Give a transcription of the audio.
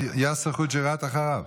יאסר חוג'יראת אחריו.